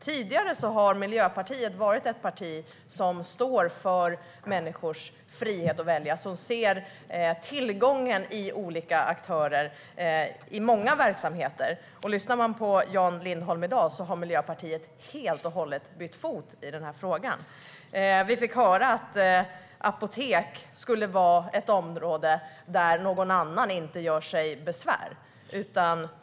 Tidigare har Miljöpartiet varit ett parti som står för människors frihet att välja och som ser tillgången i att det finns olika aktörer i många verksamheter. Men om man lyssnar på Jan Lindholm i dag har Miljöpartiet helt och hållet bytt fot i denna fråga. Vi fick höra att apotek är ett område där andra inte ska göra sig besvär.